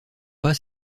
pas